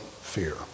fear